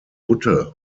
butte